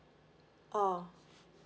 oh